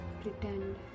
pretend